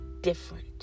different